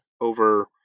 over